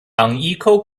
unequal